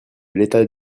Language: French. l’état